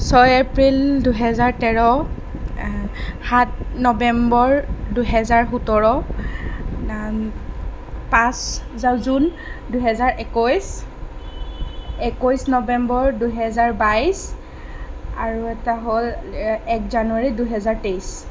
ছয় এপ্ৰিল দুহেজাৰ তেৰ সাত নৱেম্বৰ দুহেজাৰ সোতৰ পাঁচ জুন দুহেজাৰ একৈছ একৈছ নৱেম্বৰ দুহেজাৰ বাইছ আৰু এটা হ'ল এক জানুৱাৰী দুহেজাৰ তেইছ